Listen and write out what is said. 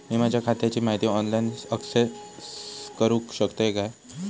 मी माझ्या खात्याची माहिती ऑनलाईन अक्सेस करूक शकतय काय?